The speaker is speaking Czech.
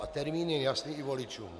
A termín je jasný i voličům.